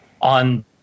on